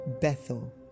Bethel